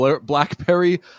blackberry